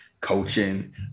coaching